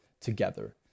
together